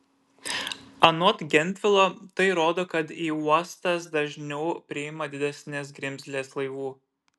anot gentvilo tai rodo kad į uostas dažniau priima didesnės grimzlės laivų